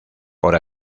por